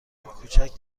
کوچک